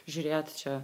žiūrėt čia